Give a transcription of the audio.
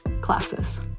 classes